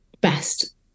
best